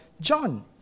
John